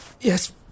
yes